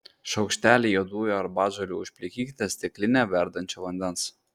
šaukštelį juodųjų arbatžolių užplikykite stikline verdančio vandens